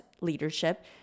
leadership